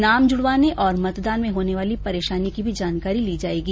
नाम जुडवाने और मतदान में होने वाली परेशानी की भी जानकारी ली जायेगी